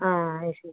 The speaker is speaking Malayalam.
ആ അത് ശരി